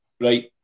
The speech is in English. right